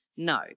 No